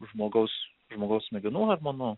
žmogaus žmogaus smegenų hormonų